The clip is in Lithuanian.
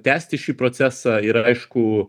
tęsti šį procesą ir aišku